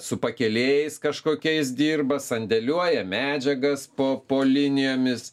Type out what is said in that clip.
su pakelėjais kažkokiais dirba sandėliuoja medžiagas po po linijomis